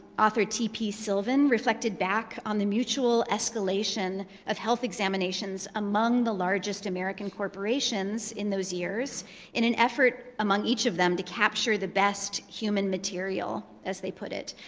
author tp sylvan reflected back on the mutual escalation of health examinations among the largest american corporations in those years in an effort, among each of them, to capture the best human material, as they put it.